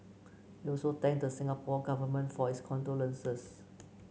he also thanked the Singapore Government for its condolences